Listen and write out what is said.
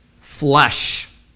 flesh